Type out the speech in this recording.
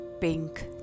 pink